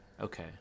Okay